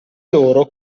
loro